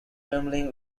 trembling